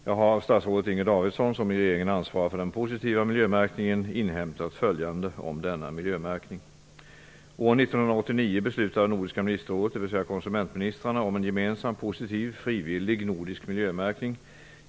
Jag har av statsrådet Inger Davidson, som i regeringen ansvarar för den positiva miljömärkningen, inhämtat följande om denna miljömärkning. konsumentministrarna, om en gemensam positiv, frivillig nordisk miljömärkning.